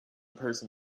person